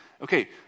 Okay